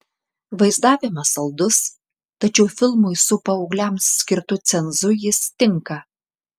vaizdavimas saldus tačiau filmui su paaugliams skirtu cenzu jis tinka